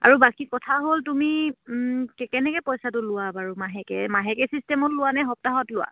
আৰু বাকী কথা হ'ল তুমি কেনেকে পইচাটো লোৱা বাৰু মাহেকে মাহেকে ছিষ্টেমত লোৱা নে সপ্তাহত লোৱা